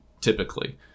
typically